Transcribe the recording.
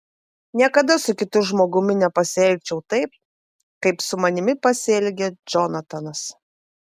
niekada su kitu žmogumi nepasielgčiau taip kaip su manimi pasielgė džonatanas